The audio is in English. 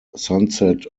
sunset